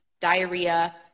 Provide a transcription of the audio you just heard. diarrhea